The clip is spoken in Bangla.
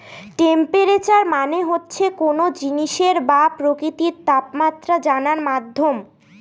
টেম্পেরেচার মানে হচ্ছে কোনো জিনিসের বা প্রকৃতির তাপমাত্রা জানার মাধ্যম